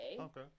Okay